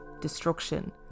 destruction